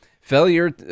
Failure